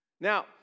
Now